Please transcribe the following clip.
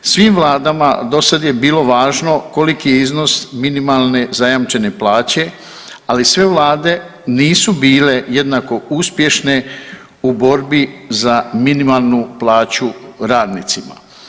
Svim vladama do sada je bilo važno koliki je iznos minimalne zajamčene plaće, ali sve vlade nisu bile jednako uspješne u borbi za minimalnu plaću radnicima.